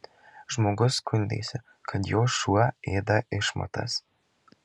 žmogus skundėsi kad jo šuo ėda išmatas